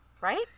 right